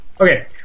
Okay